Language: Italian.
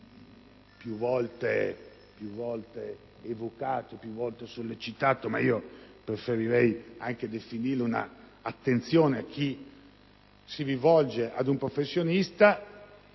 più volte evocato e sollecitato, ma io preferirei parlare di un'attenzione a chi si rivolge a un professionista,